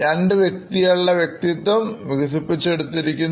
രണ്ട് വ്യക്തികളുടെ വ്യക്തിത്വം വികസിപ്പിച്ചെടുത്തിരിക്കുന്നു